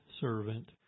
servant